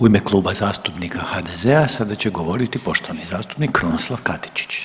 U ime Kluba zastupnika HDZ-a sada će govoriti poštovani zastupnik Krunoslav Katičić.